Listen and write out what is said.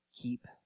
keep